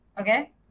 okay